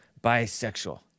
bisexual